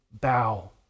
bow